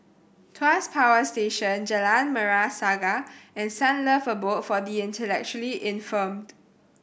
Tuas Power Station Jalan Merah Saga and Sunlove Abode for the Intellectually Infirmed